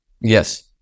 Yes